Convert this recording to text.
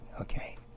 okay